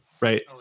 right